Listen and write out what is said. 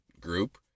group